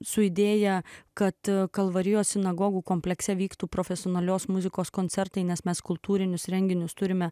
su idėja kad kalvarijos sinagogų komplekse vyktų profesionalios muzikos koncertai nes mes kultūrinius renginius turime